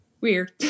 Weird